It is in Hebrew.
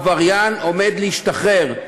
העבריין עומד להשתחרר.